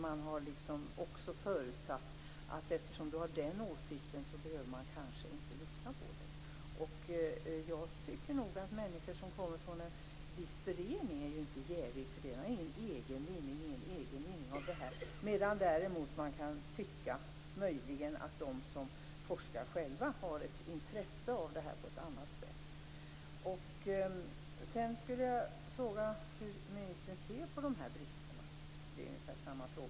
Man har också förutsatt att eftersom någon har en viss åsikt behöver man kanske inte lyssna. Jag tycker nog att människor som kommer från en viss förening inte är jäviga. De har ingen egen vinning. Däremot kan man möjligen tycka att de som själva forskar har ett intresse av det här på ett annat sätt. Jag vill fråga ministern hur hon ser på de här bristerna.